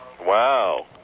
Wow